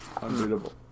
unreadable